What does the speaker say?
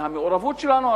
מהמעורבות שלנו,